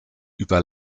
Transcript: über